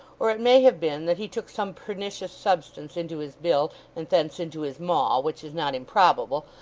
or it may have been that he took some pernicious substance into his bill, and thence into his maw which is not improbable,